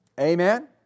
Amen